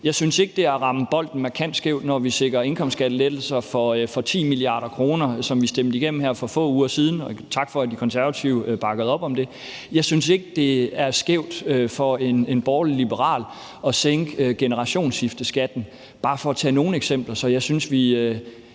Jeg synes ikke, at det er at ramme bolden markant skævt, når vi sikrer indkomstskattelettelser for 10 mia. kr., som vi stemte igennem her for få uger siden – og tak for, at De Konservative bakkede op om det. Jeg synes ikke, at det er skævt for en borgerlig-liberal at sænke generationsskifteskatten. Det var bare for at tage nogle eksempler.